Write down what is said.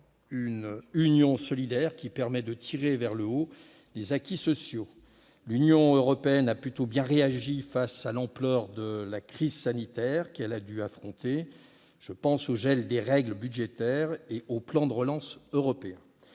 d'une union solidaire qui permette de tirer les acquis sociaux vers le haut. L'Union européenne a plutôt bien réagi face à l'ampleur de la crise sanitaire qu'elle a dû affronter. Je pense au gel des règles budgétaires et au plan de relance européen.